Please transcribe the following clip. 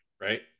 right